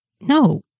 No